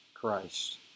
Christ